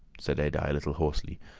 said adye a little hoarsely,